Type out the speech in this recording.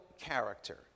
character